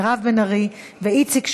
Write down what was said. מירב בן ארי ואיציק שמולי.